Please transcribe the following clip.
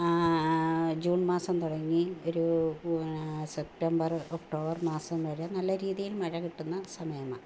June മാസം തുടങ്ങി ഒരു സെപ്റ്റംബർ ഒക്ടോബർ മാസം വരെ മഴ നല്ല രീതിയിൽ മഴ കിട്ടുന്ന സമയമാണ്